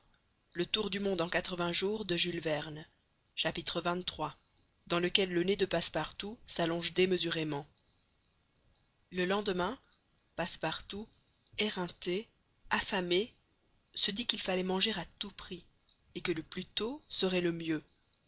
xxiii dans lequel le nez de passepartout s'allonge démesurément le lendemain passepartout éreinté affamé se dit qu'il fallait manger à tout prix et que le plus tôt serait le mieux